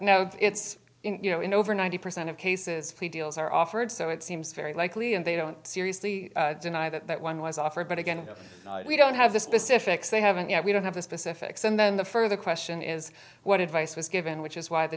that it's you know in over ninety percent of cases plea deals are offered so it seems very likely and they don't seriously deny that that one was offered but again we don't have the specifics they haven't yet we don't have the specifics and then the further question is what advice was given which is why the